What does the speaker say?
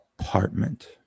apartment